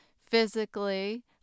physically